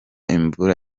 imvura